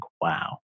wow